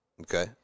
Okay